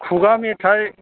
खुगा मेथाइ